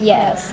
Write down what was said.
Yes